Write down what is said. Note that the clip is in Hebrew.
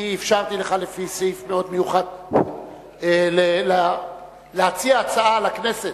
אני אפשרתי לך לפי סעיף מאוד מיוחד להציע הצעה לכנסת.